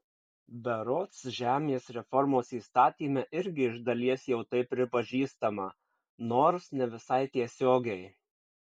berods žemės reformos įstatyme irgi iš dalies jau tai pripažįstama nors ne visai tiesiogiai